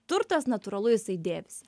turtas natūralu jisai dėvisi